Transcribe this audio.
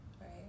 right